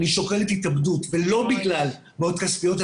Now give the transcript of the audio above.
אני שוקלת התאבדות ולא בגלל בעיות כספיות,